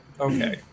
Okay